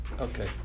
Okay